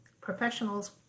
professionals